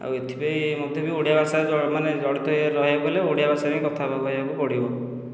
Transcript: ଆଉ ଏଥିପାଇଁ ମଧ୍ୟ ବି ଓଡ଼ିଆ ଭାଷା ମାନେ ଜଡ଼ିତ ହୋଇ ରହିବାକୁ ଗଲେ ଓଡ଼ିଆ ଭାଷା ବି କଥା କହିବାକୁ ପଡ଼ିବ